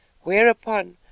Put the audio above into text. Whereupon